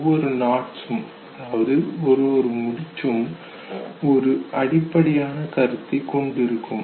ஒவ்வொரு நாட்ஸ் ம் முடிச்சும் ஒரு அடிப்படையான கருத்தை கொண்டிருக்கும்